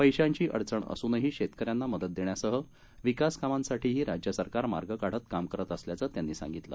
पैशांची अडचण असूनही शेतकऱ्यांना मदत देण्यासह विकासकामांसाठीही राज्य सरकार मार्ग काढत काम करत असल्याचं त्यांनी सांगितलं